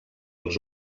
els